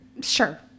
Sure